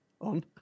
on